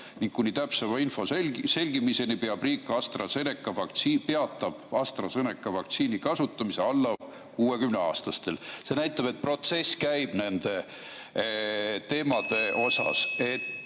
ning kuni täpsema info selgumiseni peatab riik AstraZeneca vaktsiini kasutamise alla 60-aastastel, siis see näitab, et protsess käib nende teemade osas.